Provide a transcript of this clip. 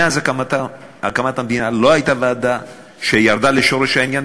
מאז הקמת המדינה לא הייתה ועדה שירדה לשורש העניין,